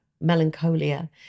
melancholia